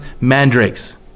mandrakes